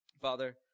Father